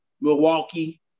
Milwaukee